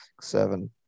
seven